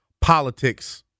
politics